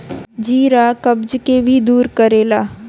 जीरा कब्ज के भी दूर करेला